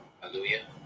hallelujah